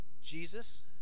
Jesus